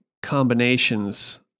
Combinations